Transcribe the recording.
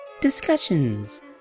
Discussions